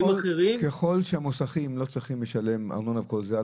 ככל שהמוסכים לא צריכים לשלם ארנונה וכל זה,